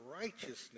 righteousness